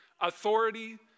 authority